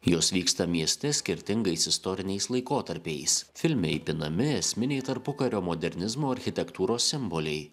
jos vyksta mieste skirtingais istoriniais laikotarpiais filme įpinami esminiai tarpukario modernizmo architektūros simboliai